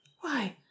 Why